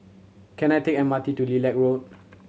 can I take M R T to Lilac Road